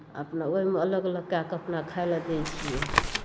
अपना ओहिमे अलग अलग कए कऽ अपना खाय लेल दै छियै